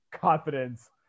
confidence